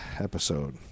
episode